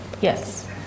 Yes